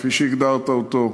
כפי שהגדרת אותו,